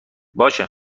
باشه